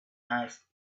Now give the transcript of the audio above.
asked